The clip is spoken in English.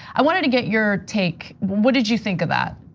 i wanted to get your take. what did you think of that?